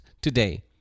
today